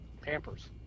Pampers